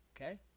Okay